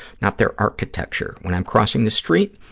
not their architecture. when i'm crossing the street,